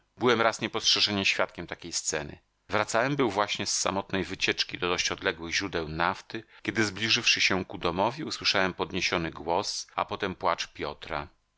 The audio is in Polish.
byłem raz niepostrzeżenie świadkiem takiej sceny wracałem był właśnie z samotnej wycieczki do dość odległych źródeł nafty kiedy zbliżywszy się ku domowi usłyszałem podniesiony głos a potem płacz piotra